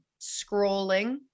scrolling